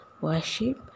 worship